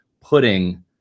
putting